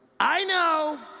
i know